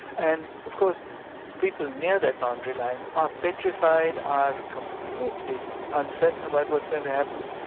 and of course people near that boundary line are petrified, are completely uncertain about what's going to happen.